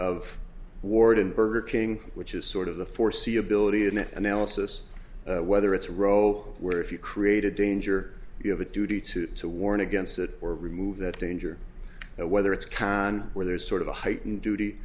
of warden burger king which is sort of the foreseeability in analysis whether it's role where if you create a danger you have a duty to warn against it or remove that danger whether it's con where there's sort of a heightened duty